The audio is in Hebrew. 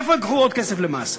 מאיפה ייקחו עוד כסף למס?